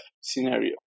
scenario